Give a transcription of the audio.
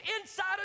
inside